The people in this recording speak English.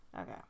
Okay